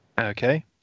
Okay